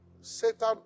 Satan